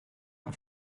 que